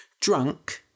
Drunk